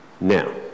Now